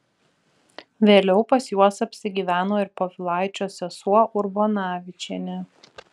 vėliau pas juos apsigyveno ir povilaičio sesuo urbonavičienė